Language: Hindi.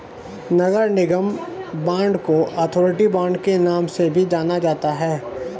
नगर निगम बांड को अथॉरिटी बांड के नाम से भी जाना जाता है